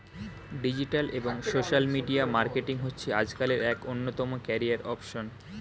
digital এবং social media marketing হচ্ছে আজকালের এক অন্যতম ক্যারিয়ার অপসন